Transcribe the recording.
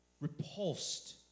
repulsed